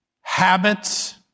habits